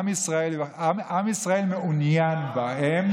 עם ישראל לא מעוניין בהם.